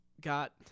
got